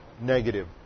negative